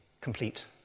complete